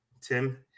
Tim